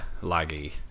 laggy